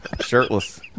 Shirtless